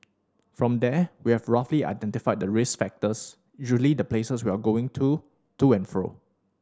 from there we have roughly identify the risk factors usually the places they're going to to and fro